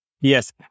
Yes